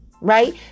right